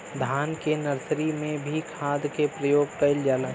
धान के नर्सरी में भी खाद के प्रयोग कइल जाला?